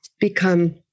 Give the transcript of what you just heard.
become